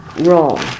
wrong